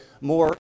more